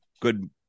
good